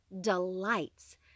delights